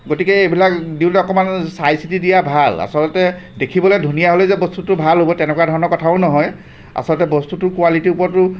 গতিকে এইবিলাক দিবলৈ অকণমান চাই চিটি দিয়া ভাল আচলতে দেখিবলৈ ধুনীয়া হ'লেই যে বস্তুটো তেনেকুৱা ধৰণৰ কথাও নহয় আচলতে বস্তুটো কোৱালিটিৰ ওপৰতো